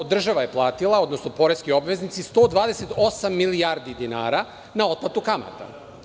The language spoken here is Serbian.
Država je platila, odnosno poreski obveznici 128 milijardi dinara, otplatu kamata.